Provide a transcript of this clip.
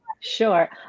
Sure